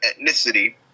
ethnicity